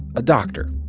a doctor,